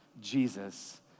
Jesus